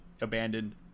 abandoned